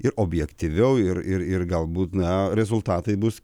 ir objektyviau ir ir ir galbūt na rezultatai bus